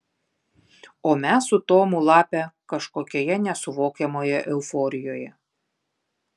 o mes su tomu lape kažkokioje nesuvokiamoje euforijoje